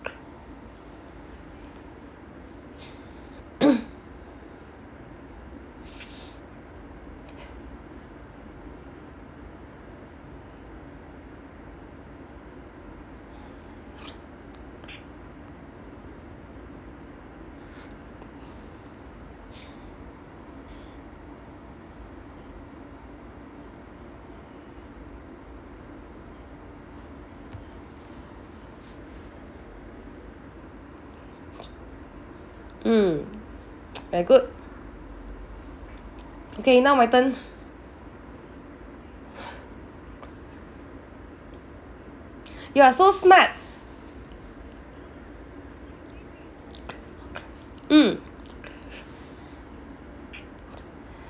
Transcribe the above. mm very good okay now my turn you are so smart mm